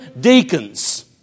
deacons